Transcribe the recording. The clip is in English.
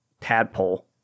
tadpole